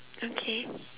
okay